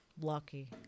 Lucky